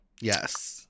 Yes